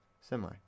semi